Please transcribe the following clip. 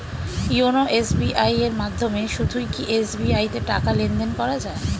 YONO SBI এর মাধ্যমে শুধুই কি এস.বি.আই তে টাকা লেনদেন করা যায়?